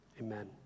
amen